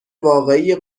واقعی